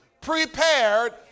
prepared